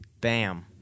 bam